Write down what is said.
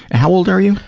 how old are you?